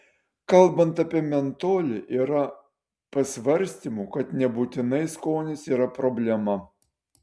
kalbant apie mentolį yra pasvarstymų kad nebūtinai skonis yra problema